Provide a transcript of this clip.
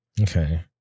Okay